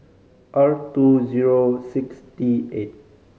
R two zero six T eight